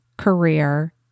career